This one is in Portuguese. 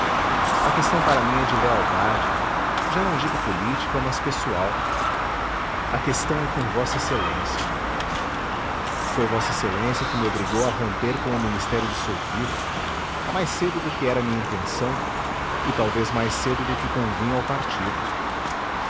a questão para mim é de lealdade já não digo política mas pessoal a questão é com v ex a foi v ex a que me obrigou a romper com o ministério dissolvido mais cedo do que era minha intenção e talvez mais cedo do que convinha ao partido